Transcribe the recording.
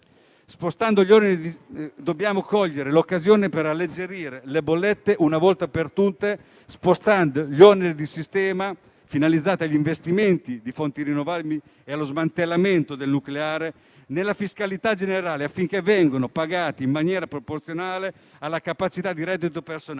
dobbiamo cogliere l'occasione per alleggerire le bollette una volta per tutte, spostando gli oneri di sistema finalizzati agli investimenti di fonti rinnovabili e allo smantellamento del nucleare nella fiscalità generale, affinché vengano pagati in maniera proporzionale alla capacità di reddito personale,